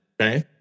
Okay